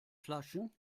flaschen